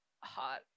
hot